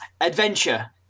Adventure